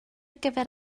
gyfer